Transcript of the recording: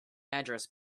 address